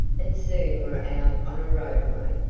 and soon were out on a roadway.